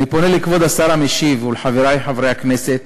אני פונה לכבוד השר המשיב ולחברי חברי הכנסת